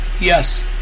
yes